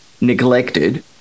neglected